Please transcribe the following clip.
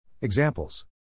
Examples